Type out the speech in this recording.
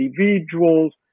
individuals